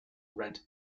rent